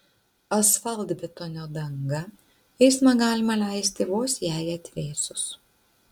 asfaltbetonio danga eismą galima leisti vos jai atvėsus